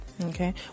Okay